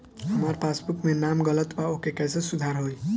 हमार पासबुक मे नाम गलत बा ओके कैसे सुधार होई?